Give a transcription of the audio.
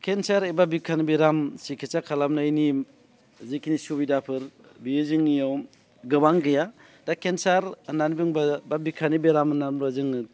cancer एबा बिखानि बेराम सिखिथसा खालामनायनि जिखिनि सुबिदाफोर बियो जोंनियाव गोबां गैया दा केन्सार होननानै बुंब्ला बा बिखानि बेराम होनना बुंब्ला जोङो